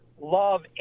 love